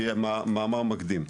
כמאמר מקדים,